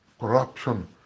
corruption